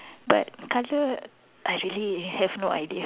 but colour I really have no idea